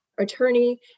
attorney